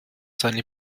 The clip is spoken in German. seine